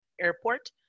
Airport